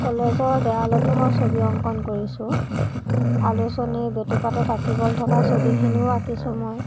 কলেজৰ দেৱালতো মই ছবি অংকণ কৰিছোঁ আলোচনীৰ বেটুপাতত আঁকিবলে থকা ছবিখিনিও আঁকিছো মই